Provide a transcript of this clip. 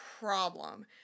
problem